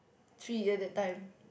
three at that time